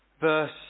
Verse